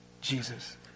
Jesus